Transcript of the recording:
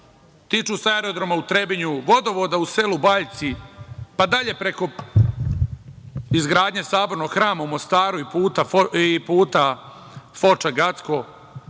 tiču se aerodroma u Trebinju, vodovoda u selu Bajci, pa dalje preko izgradnje Sabornog hrama u Mostaru i puta Foča – Gacko